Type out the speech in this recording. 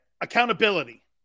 Accountability